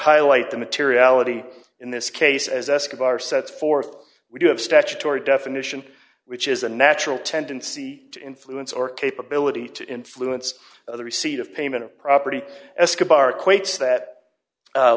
highlight the materiality in this case as escobar sets forth we do have statutory definition which is a natural tendency to influence or capability to influence the receipt of payment of property escobar equates that